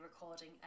recording